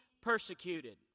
persecuted